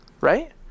right